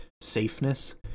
safeness